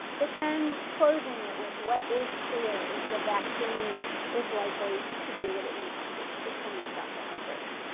but then closing it with what is clear if the vaccine is likely to do what it needs to do. it's going to stop the outbreak.